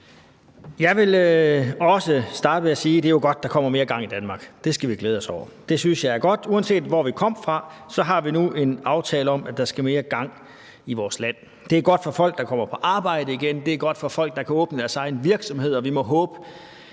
Jeg vil også starte med at sige, at det jo er godt, at der kommer mere gang i Danmark, og det skal vi glæde os over. Det synes jeg er godt. Uanset hvor vi kom fra, har vi nu en aftale om, at der skal mere gang i vores land. Det er godt for folk, der kommer på arbejde igen, det er godt for folk, der kan åbne deres egen virksomhed, og vi må håbe,